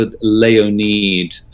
Leonid